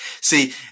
See